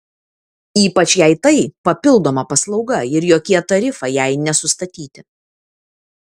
ypač jei tai papildoma paslauga ir jokie tarifai jai nesustatyti